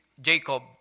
Jacob